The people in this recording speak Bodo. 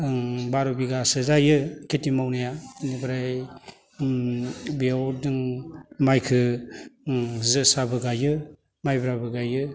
ओं बर'बिगासो जायो खिथि मावनाया बिनिफ्राय ओम बियाव जों माइखो जोसाबो गायो माइब्राबो गायो